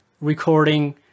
recording